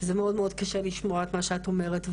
זה מאוד קשה לשמוע את מה שאת אומרת.